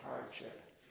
hardship